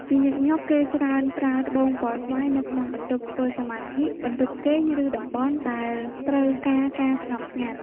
ជាញឹកញាប់ គេច្រើនប្រើត្បូងពណ៌ស្វាយនៅក្នុងបន្ទប់ធ្វើសមាធិ បន្ទប់គេង ឬតំបន់ដែលត្រូវការការស្ងប់ស្ងាត់។